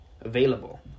available